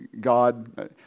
God